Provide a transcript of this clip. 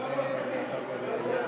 רבותי, אנחנו